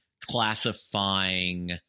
classifying